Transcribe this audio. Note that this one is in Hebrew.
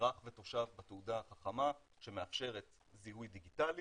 אזרח ותושב בתעודה החכמה שמאפשרת זיהוי דיגיטלי